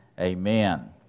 Amen